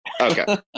Okay